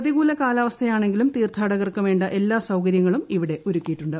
പ്രതികൂല കാലാവസ്ഥയാണെങ്കിലും തീർത്ഥാടകർക്ക് വേണ്ട എല്ലാ സൌകര്യങ്ങളും ഇവിടെ ഒരുക്കിയിട്ടുണ്ട്